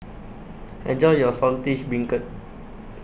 Enjoy your Saltish Beancurd